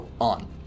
on